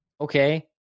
okay